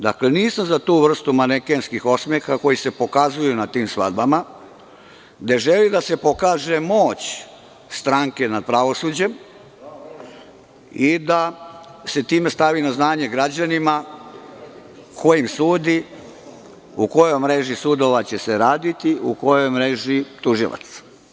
Dakle, nisam za tu vrstu manekenskih osmeha koji se pokazuju na tim svadbama, gde želi da se pokaže moć stranke nad pravosuđem i da se time stavi na znanje građanima kojima se sudi, u kojoj mreži sudova će se raditi, u kojoj mreži tužilaca.